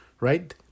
right